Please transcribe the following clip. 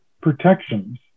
protections